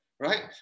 right